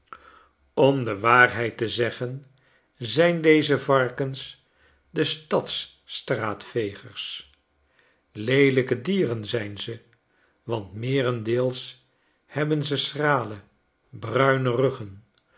om de waarheid te zeggen zijn deze varkens de stadsstraatvegers leelyke dieren zijn ze want meerendeels hebben ze schrale bruine ruggen